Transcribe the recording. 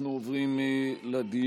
אנחנו עוברים לדיון.